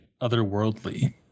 otherworldly